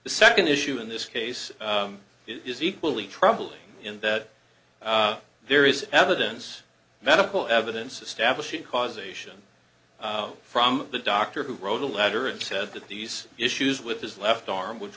the second issue in this case is equally troubling in that there is evidence medical evidence establishing causation from the doctor who wrote a letter and said that these issues with his left arm which